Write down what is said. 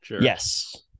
yes